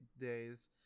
days